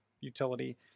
utility